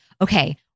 okay